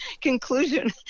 conclusion